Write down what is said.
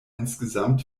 insgesamt